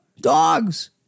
dogs